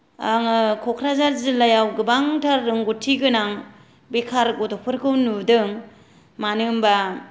आङो क'क्राझार जिल्लायाव गोबांथार रोंगौथि गोनां बेखार गथ'फोरखौ नुदों मानो होनबा